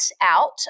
out